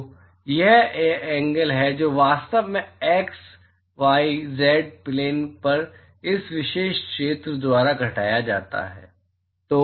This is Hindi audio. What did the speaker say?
तो यह वह एंगल है जो वास्तव में x z y प्लेन पर इस विशेष क्षेत्र द्वारा घटाया जाता है